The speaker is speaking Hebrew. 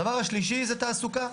הדבר שלישי זה תעסוקה.